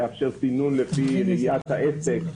לאפשר סינון לפי ראיית העסק,